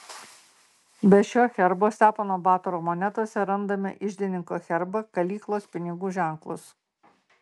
be šio herbo stepono batoro monetose randame iždininko herbą kalyklos pinigų ženklus